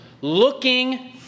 looking